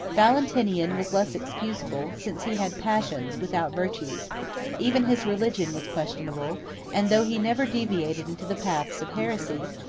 valentinian was less excusable, since he had passions, without virtues even his religion was questionable and though he never deviated into the paths of heresy,